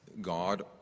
God